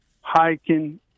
hiking